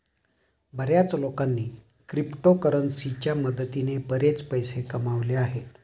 बर्याच लोकांनी क्रिप्टोकरन्सीच्या मदतीने बरेच पैसे कमावले आहेत